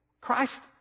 Christ